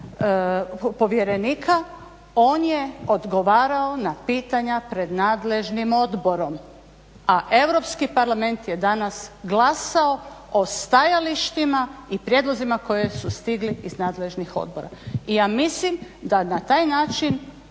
povjerenika. On je odgovarao na pitanja pred nadležnim odborom, a Europski parlament je danas glasao o stajalištima i prijedlozima koji su stigli iz nadležnih odbora. I ja mislim da na taj način